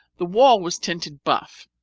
the wall was tinted buff,